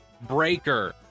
Breaker